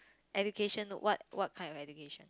education w~ what what kind of education